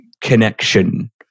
connection